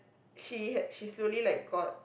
she had she slowly like got